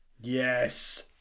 Yes